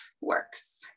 works